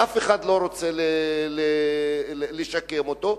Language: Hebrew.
ואף אחד לא רוצה לשקם אותו,